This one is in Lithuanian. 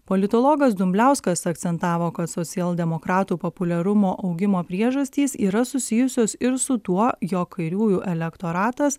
politologas dumbliauskas akcentavo kad socialdemokratų populiarumo augimo priežastys yra susijusios ir su tuo jog kairiųjų elektoratas